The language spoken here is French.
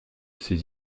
ses